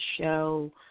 show